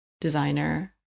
designer